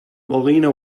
molina